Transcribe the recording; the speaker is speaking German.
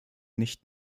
nicht